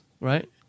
right